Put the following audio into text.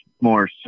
more